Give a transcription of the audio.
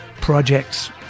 projects